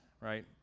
right